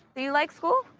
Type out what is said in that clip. do you like school?